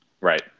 right